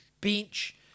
bench